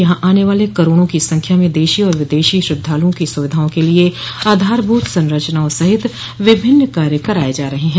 यहां आने वाले करोड़ों की संख्या में देशी और विदेशी श्रद्धालुओं की सुविधाओं के लिए आधारभूत संरचनाओं सहित विभिन्न कार्य कराये जा रहे हैं